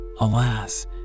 Alas